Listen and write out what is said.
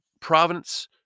province